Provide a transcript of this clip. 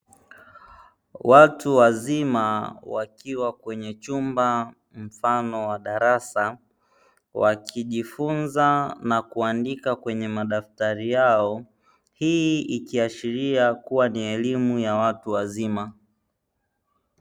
Watu wazima wakiwa kwenye chumba mfano wa darasa, wakijifunza na kuandika kwenye madaftari yao, hii ikiashiria kuwa ni elimu ya watu wazima.